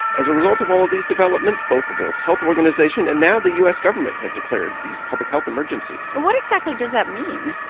as a result of all of these developments, both the world health organization and now the u s. government have declared these public health emergencies so what exactly does that mean?